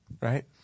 right